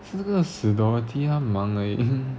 是这个死 dorothy 忙而已